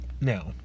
Now